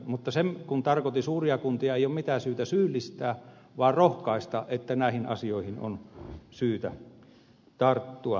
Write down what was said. mutta kun tarkoitin suuria kuntia ei ole mitään syytä syyllistää vaan rohkaista että näihin asioihin on syytä tarttua